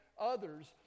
others